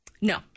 No